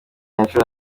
inshuro